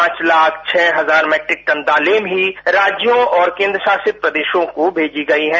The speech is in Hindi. पांच लाख छह हजार मीट्रिक टन दालें भी राज्यों और केन्द्रशासित प्रदेशों को मेजी गई है